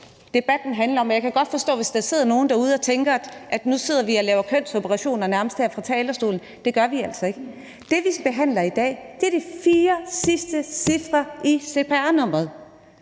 debatten handler om, kan man sige. Jeg kan forstå, hvis der sidder nogen derude og tænker, at nu sidder vi og laver kønsoperationer nærmest her fra talerstolen. Det gør vi altså ikke. Det, vi behandler i dag, er de fire sidste cifre i cpr-nummeret,